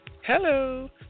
Hello